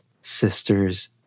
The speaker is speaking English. sister's